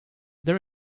there